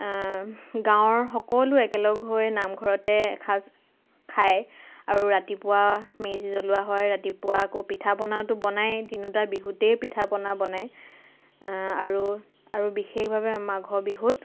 গাঁৱৰ সকলো একেলগহৈ নামঘৰতে এসাঁজ খায় আৰু ৰাতিপুৱা মেজি জ্বলোৱা হয় ৰাতিপুৱা আকৌ পিঠা পনাটো বনায়েই তিনিওটা বিহুতেই পিঠা পনা বনায় আৰু বিশেষভাৱে মাঘৰ বিহুত